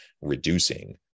reducing